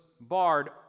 barred